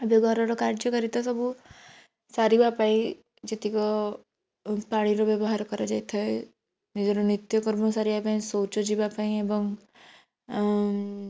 ଏବେ ଘରର କାର୍ଯ୍ୟକାରିତା ସବୁ ସାରିବା ପାଇଁ ଯେତିକ ପାଣିର ବ୍ୟବହାର କରାଯାଇଥାଏ ନିଜର ନିତ୍ୟକର୍ମ ସାରିବା ପାଇଁ ଶୌଚ ଯିବା ପାଇଁ ଏବଂ ଅଉଁ